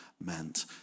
meant